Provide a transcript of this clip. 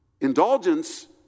indulgence